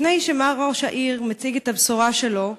לפני שמר ראש העיר מציג את הבשורה שלו,